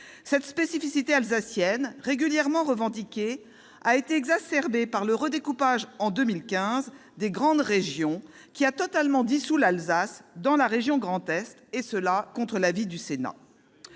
Cette spécificité alsacienne, régulièrement revendiquée, a été exacerbée par le redécoupage, en 2015, des grandes régions qui a totalement dissous l'Alsace dans la région Grand Est, et cela contre l'avis du Sénat.